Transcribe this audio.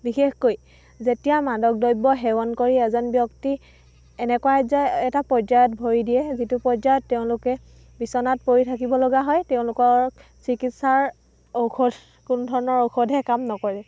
বিশেষকৈ যেতিয়া মাদক দ্ৰব্য সেৱন কৰি এজন ব্যক্তি এনেকুৱা এযা এটা পৰ্যায়ত ভৰি দিয়ে যিটো পৰ্যায়ত তেওঁলোকে বিচনাত পৰি থাকিব লগা হয় তেওঁলোকৰ চিকিৎসাৰ ঔষধ কোনো ধৰণৰ ঔষধে কাম নকৰে